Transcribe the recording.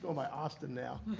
um by austin now.